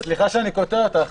סליחה שאני קוטע אותך.